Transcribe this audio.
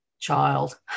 child